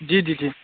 जी जी जी